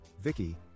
Vicky